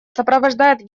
сопровождает